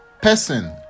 person